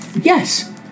Yes